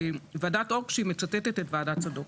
ועדת אור כשהיא מצטטת את ועדת צדוק.